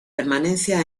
permanencia